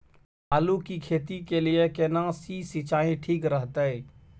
आलू की खेती के लिये केना सी सिंचाई ठीक रहतै?